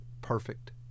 perfect